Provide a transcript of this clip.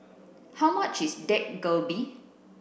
how much is Dak Galbi